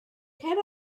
cer